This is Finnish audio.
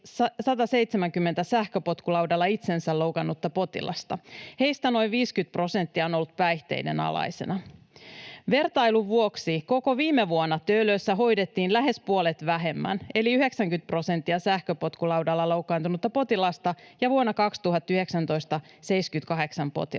170 sähköpotkulaudalla itsensä loukannutta potilasta. Heistä noin 50 prosenttia on ollut päihteiden alaisena. Vertailun vuoksi koko viime vuonna Töölössä hoidettiin lähes puolet vähemmän eli 90 sähköpotkulaudalla loukkaantunutta potilasta ja 78 potilasta